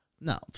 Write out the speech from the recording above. No